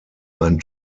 ein